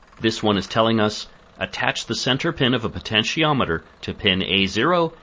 this one is telling us attach the center pin of a potentiometer to pin a zero,